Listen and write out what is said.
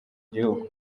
gihugu